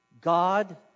god